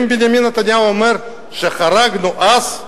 אם בנימין נתניהו אומר שחרגנו אז,